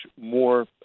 more